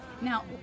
Now